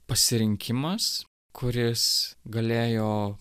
pasirinkimas kuris galėjo